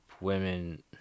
women